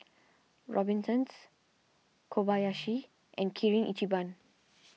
Robinsons Kobayashi and Kirin Ichiban